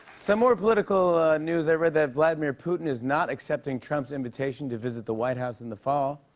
some more political news. i read that vladimir putin is not accepting trump's invitation to visit the white house in the fall.